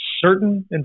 certain